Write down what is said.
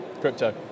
Crypto